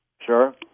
Sure